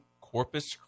Corpus